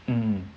mm